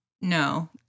No